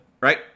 Right